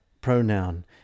pronoun